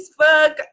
facebook